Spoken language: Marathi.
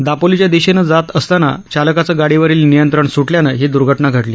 दापोलीच्या दिशेनं जात असताना चालकाचं गाडीवरील नियंत्रण स्टल्यानं ही द्र्घटना घडली